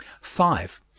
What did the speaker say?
five.